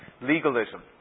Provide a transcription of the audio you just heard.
legalism